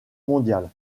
mondiale